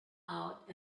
out